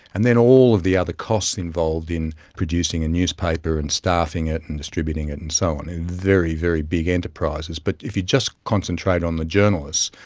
and then all of the other costs involved in producing a newspaper and staffing it and distributing it and so on, very, very big enterprises. but if you just concentrate on the journalists,